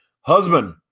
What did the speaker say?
Husband